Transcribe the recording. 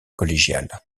collégiale